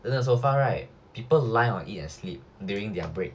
then the sofa right people lie on it and sleep during their break